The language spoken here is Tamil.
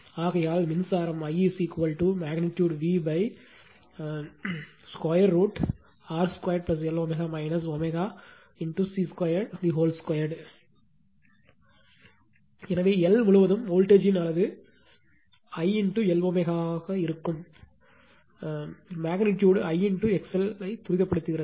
ஆகையால் மின்சாரம் I மெக்னிட்யூடு V அளவு √R 2 Lω ω C 2 2 எனவே எல் முழுவதும் வோல்ட்டேஜ்த்தின் அளவு I Lω ஆக இருக்கும் மெக்னிட்யூடு I XL ஐ துரிதப்படுத்துகிறது எனவே XLLω